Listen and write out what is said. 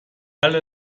alle